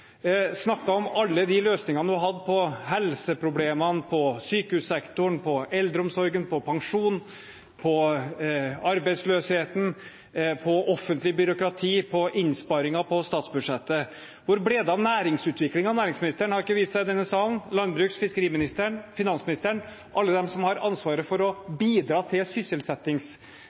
om alle de løsningene hun hadde på helseproblemene, på sykehussektoren, på eldreomsorgen, på pensjon, på arbeidsløsheten, på offentlig byråkrati og på innsparinger på statsbudsjettet? Hvor ble det av næringsutviklingen? Næringsministeren har ikke vist seg i denne salen – og landbruksministeren, fiskeriministeren og finansministeren, alle de som har ansvaret for